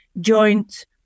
joint